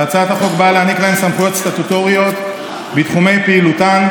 והצעת החוק באה לתת להן סמכויות סטטוטוריות בתחומי פעילותן,